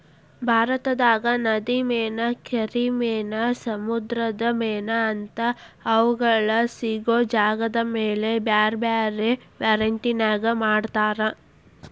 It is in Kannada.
ಭಾರತದಾಗ ನದಿ ಮೇನಾ, ಕೆರಿ ಮೇನಾ, ಸಮುದ್ರದ ಮೇನಾ ಅಂತಾ ಅವುಗಳ ಸಿಗೋ ಜಾಗದಮೇಲೆ ಬ್ಯಾರ್ಬ್ಯಾರೇ ಮಾರ್ಕೆಟಿನ್ಯಾಗ ಮಾರ್ತಾರ